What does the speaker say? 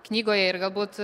knygoje ir galbūt